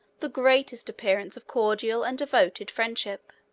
the greatest appearance of cordial and devoted friendship.